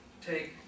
take